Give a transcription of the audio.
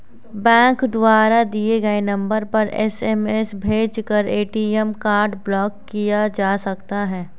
bank द्वारा दिए गए नंबर पर एस.एम.एस भेजकर ए.टी.एम कार्ड ब्लॉक किया जा सकता है